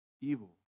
evil